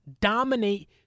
dominate